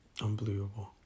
Unbelievable